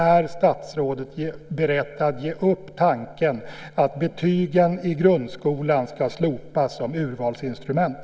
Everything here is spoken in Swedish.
Är statsrådet beredd att ge upp tanken att betygen i grundskolan ska slopas som urvalsinstrument?